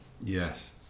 yes